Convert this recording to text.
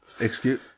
Excuse